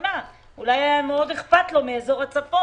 שמונה כי אולי היה מאוד אכפת לו מאזור הצפון,